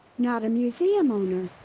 not a museum owner?